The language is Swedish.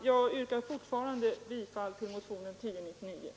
Jag vidhåller mitt yrkande om bifall till motionen 1099.